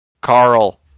Carl